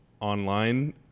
online